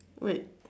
wait